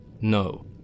No